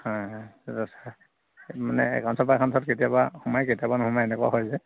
হয় হয় মানে একাউটন্সৰ পৰা একাউটন্সত কেতিয়াবা সোমাই কেতিয়াবা নোসোমায় এনেকুৱা হয় যে